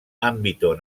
ámbito